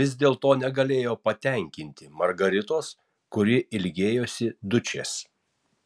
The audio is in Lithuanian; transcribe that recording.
vis dėlto negalėjo patenkinti margaritos kuri ilgėjosi dučės